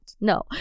No